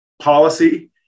Policy